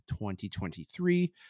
2023